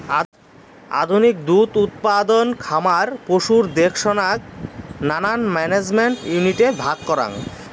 আধুনিক দুধ উৎপাদন খামার পশুর দেখসনাক নানান ম্যানেজমেন্ট ইউনিটে ভাগ করাং